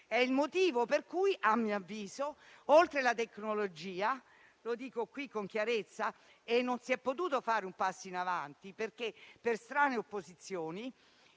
È il motivo per cui, a mio avviso, oltre alla tecnologia - lo dico qui con chiarezza - non si è potuto fare un passo in avanti, per strane opposizioni.